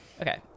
okay